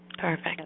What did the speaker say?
Perfect